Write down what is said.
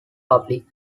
public